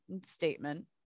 statement